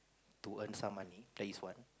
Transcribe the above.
to earn some money that is one